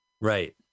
Right